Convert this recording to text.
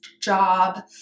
job